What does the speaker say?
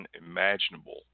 unimaginable